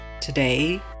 Today